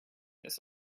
this